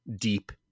deep